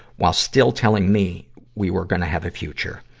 while still telling me we were gonna have a future.